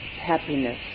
happiness